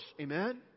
Amen